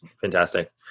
Fantastic